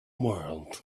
world